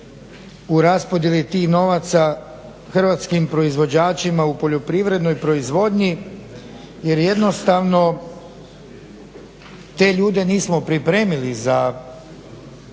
u raspodjeli tih novaca hrvatskim proizvođačima u poljoprivrednoj proizvodnji. Jer jednostavno te ljude nismo pripremili za